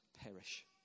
perish